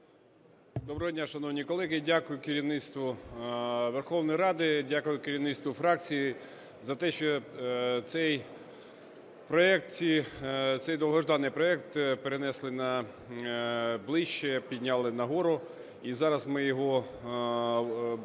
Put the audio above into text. Доброго дня, шановні колеги! Дякую керівництву Верховної Ради, дякую керівництву фракції за те, що цей проект, цей довгожданий проект перенесли на ближче, підняли нагору, і зараз ми його, майже